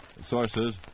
Sources